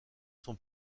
sont